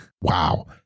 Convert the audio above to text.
wow